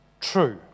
true